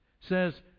says